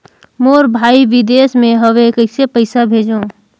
मोर भाई विदेश मे हवे कइसे पईसा भेजो?